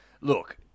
Look